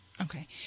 Okay